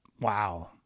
Wow